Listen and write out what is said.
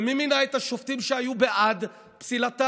ומי מינה את השופטים שהיו בעד פסילתה?